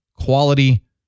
quality